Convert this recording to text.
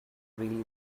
really